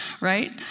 right